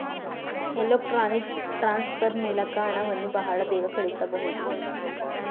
electronics transfer ಮೂಲಕ ಹಣವನ್ನು ಬಹಳ ಬೇಗ ಕಳಿಸಬಹುದು